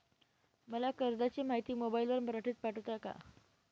मला कर्जाची माहिती मोबाईलवर मराठीत पाठवता का?